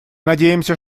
надеемся